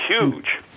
huge